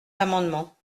l’amendement